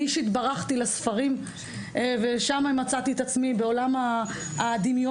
אני אישית ברחתי לספרים ושם מצאתי את עצמי בעולם הדמיון,